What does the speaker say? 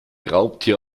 raubtier